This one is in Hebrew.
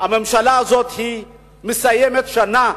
שהממשלה הזאת מסיימת שנה,